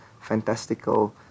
fantastical